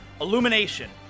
Illumination